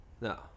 No